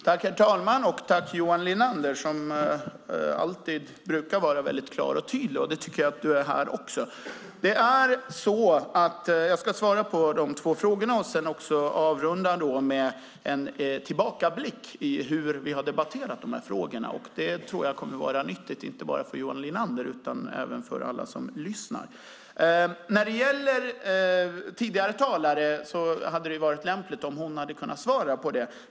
Herr talman! Jag vill tacka Johan Linander som alltid brukar vara väldigt klar och tydlig, och det tycker jag att du är nu också. Jag ska svara på de två frågorna och sedan avrunda med en tillbakablick på hur vi har debatterat i de här frågorna. Det tror jag kommer att vara nyttigt, inte bara för Johan Linander utan även för alla som lyssnar. När det gäller den tidigare talaren hade det varit lämpligt om hon hade kunnat svara på frågan.